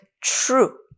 true